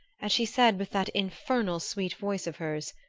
and she said with that infernal sweet voice of hers,